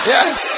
Yes